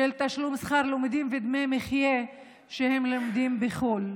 תשלום שכר לימוד ודמי מחיה על לימודים בחו"ל.